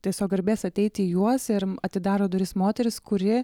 tiesiog garbės ateit į juos ir atidaro duris moteris kuri